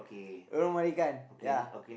Lorong Marican ya